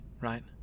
right